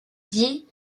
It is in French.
dit